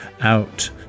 out